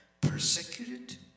Persecuted